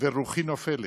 ורוחי נופלת.